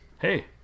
Hey